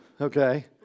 okay